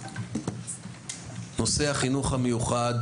נושא החינוך המיוחד